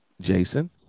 Jason